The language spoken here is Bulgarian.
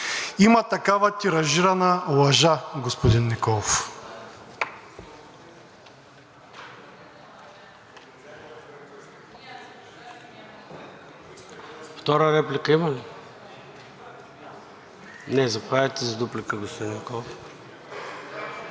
Има такава тиражирана лъжа, господин Николов.